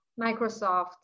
Microsoft